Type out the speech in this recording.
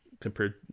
Compared